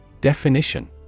Definition